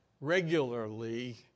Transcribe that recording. regularly